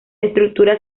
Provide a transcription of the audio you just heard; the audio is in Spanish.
estructura